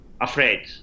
afraid